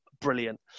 brilliant